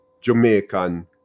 Jamaican